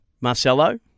Marcelo